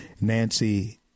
Nancy